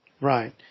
Right